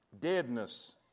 Deadness